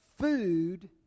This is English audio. Food